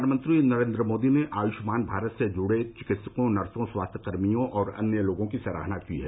प्रधानमंत्री नरेन्द्र मोदी ने आयुष्मान भारत से जुड़े चिकित्सकों नर्सों स्वास्थ्य कर्मियों और अन्य लोगों की सराहना की है